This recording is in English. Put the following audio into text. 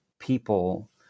people